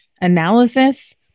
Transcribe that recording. analysis